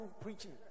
preaching